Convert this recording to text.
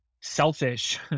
selfish